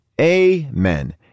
amen